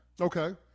Okay